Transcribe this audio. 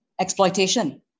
Exploitation